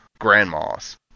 grandma's